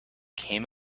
came